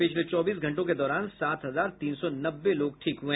पिछले चौबीस घंटों के दौरान सात हजार तीन सौ नब्बे लोग ठीक हुए